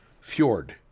Fjord